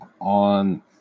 on